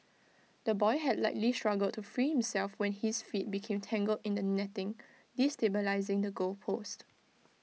the boy had likely struggled to free himself when his feet became tangled in the netting destabilising the goal post